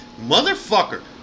motherfucker